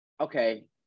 okay